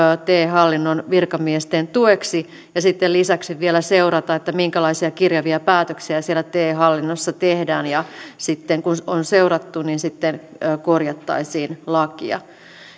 te hallinnon virkamiesten tueksi ja sitten lisäksi vielä seurata minkälaisia kirjavia päätöksiä siellä te hallinnossa tehdään ja sitten kun on seurattu korjattaisiin lakia